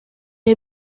est